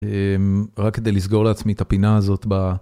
רק כדי לסגור לעצמי את הפינה הזאת ב...